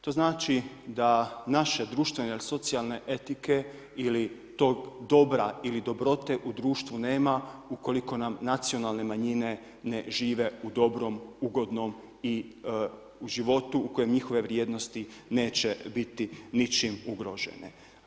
To znači da naše društvene, socijalne etike ili tog dobra ili dobrote u društvu nema, ukoliko nam nacionalne manjine ne žive u dobrom, ugodnom i u životu u kojem njihove vrijednost neće biti ničim ugrožene.